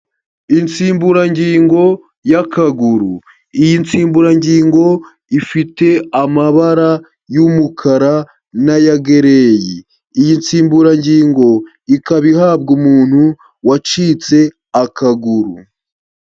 Insimburangingo y'akaguru, iyi nsimburangingo ifite amabara y'umukara n'aya gereyi, iyi nsimburangingo ikaba ihabwa umuntu wacitse akaguru.